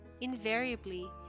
Invariably